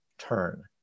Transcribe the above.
turn